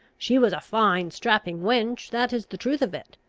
she was a fine strapping wench, that is the truth of it!